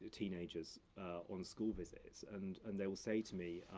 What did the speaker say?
teenagers on school visits, and and they'll say to me,